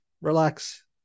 relax